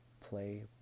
play